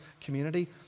community